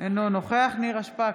אינו נוכח נירה שפק,